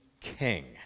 king